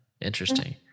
Interesting